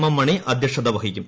M Mani അധ്യക്ഷത വഹിക്കും